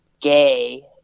gay